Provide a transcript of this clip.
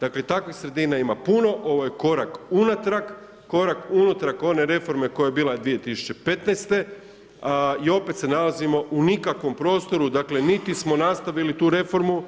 Dakle, takvih sredina ima puno, ovo je korak unatrag, korak unatrag one reforme koja je bila 2015., a i opet se nalazimo u nikakvom prostoru, dakle, niti smo nastavili tu reformu